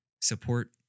support